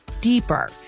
deeper